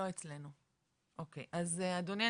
אדוני,